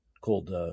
called